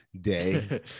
day